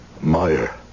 Meyer